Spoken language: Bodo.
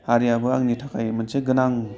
हारियाबो आंनि थाखाय मोनसे गोनां